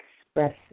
express